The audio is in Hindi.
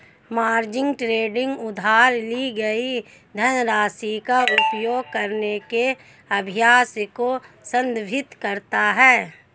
मार्जिन ट्रेडिंग उधार ली गई धनराशि का उपयोग करने के अभ्यास को संदर्भित करता है